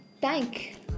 Thank